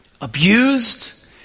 abused